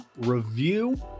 review